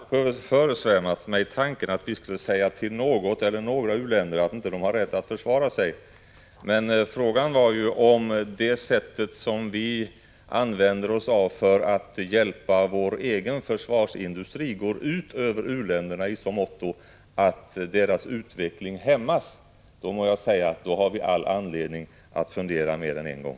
Herr talman! Den tanken har aldrig föresvävat mig att vi skulle säga till något eller några u-länder att de inte har rätt att försvara sig, men frågan var ju om det sätt vi använder oss av för att hjälpa vår egen försvarsindustri går ut över u-länderna i så måtto att deras utveckling hämmas. Då må jag säga att vi har all anledning att fundera mer än en gång.